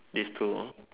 these two